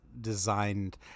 designed